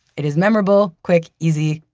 it is memorable, quick, easy,